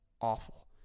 awful